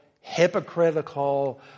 hypocritical